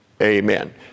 amen